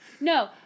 No